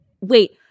Wait